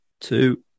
two